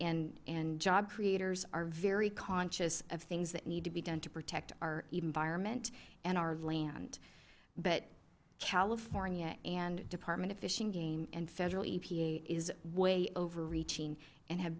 industry and job creators are very conscious of things that need to be done to protect our environment and our land but california and the department of fish and game and federal epa is way overreaching and ha